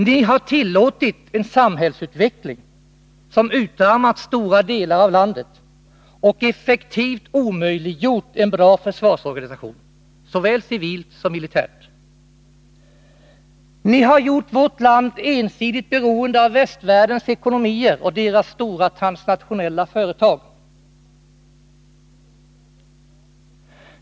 Ni har tillåtit en samhällsutveckling som utarmat stora delar av landet och effektivt omöjliggjort en bra försvarsorganisation, såväl civilt som militärt. Ni har gjort vårt land ensidigt beroende av västvärldens ekonomier och deras stora, transnationella företag.